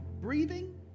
breathing